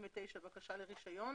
בקשה לרישיון